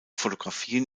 fotografien